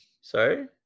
Sorry